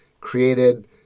created